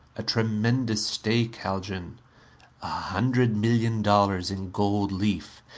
a tremendous stake, haljan. a hundred million dollars in gold leaf.